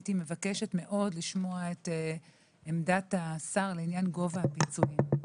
הייתי מבקשת מאוד לשמוע את עמדת השר לעניין גובה הפיצויים.